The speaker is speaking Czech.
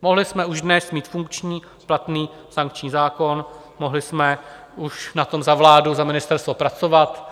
Mohli jsme už dnes mít funkční platný sankční zákon, mohli jsme už na tom za vládu, za ministerstvo pracovat.